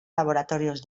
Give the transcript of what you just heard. laboratorios